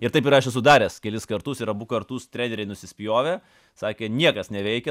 ir taip ir aš esu sudaręs kelis kartus ir abu kartus treneriai nusispjovė sakė niekas neveikia